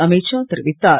அமீத் ஷா தெரிவித்தார்